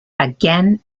again